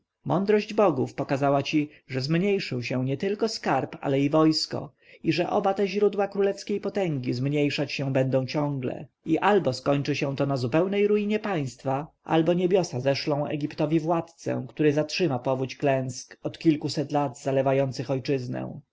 mądrość bogów pokazała ci że zmniejszył się nietylko skarb ale i wojsko i że oba te źródła królewskiej potęgi zmniejszać się będą ciągle i albo skończy się to na zupełnej ruinie państwa albo niebiosa zeszlą egiptowi władcę który zatrzyma powódź klęsk od kilkuset lat zalewających ojczyznę